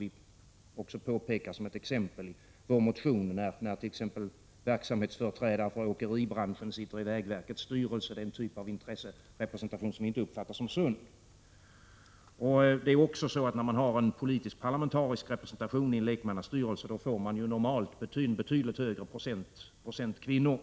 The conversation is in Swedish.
Vi påpekar som ett exempel i vår motion att det är fel när verksamhetsföreträdare för åkeribranschen sitter i vägverkets styrelse. Det är en typ av intresserepresentation som viinte — Prot. 1986/87:122 uppfattar som sund. När man har en politisk parlamentarisk representationi 13 maj 1987 en lekmannastyrelse får man dessutom normalt in en betydligt högre procent kvinnor.